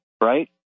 right